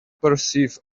perceive